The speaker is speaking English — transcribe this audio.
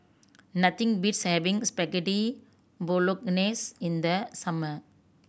nothing beats having Spaghetti Bolognese in the summer